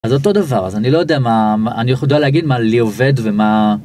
אז אותו דבר אז אני יודע להגיד מה לי עובד ומה.